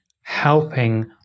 helping